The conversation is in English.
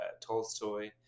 tolstoy